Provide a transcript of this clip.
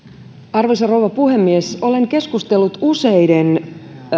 arvoisa rouva puhemies olen keskustellut useiden ylemmän